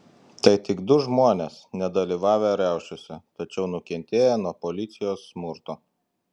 tai tik du žmonės nedalyvavę riaušėse tačiau nukentėję nuo policijos smurto